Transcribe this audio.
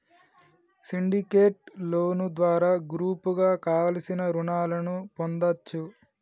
syndicate loan ద్వారా గ్రూపుగా కావలసిన రుణాలను పొందచ్చు